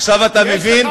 עכשיו אתה מבין?